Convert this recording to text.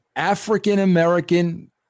African-American